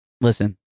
listen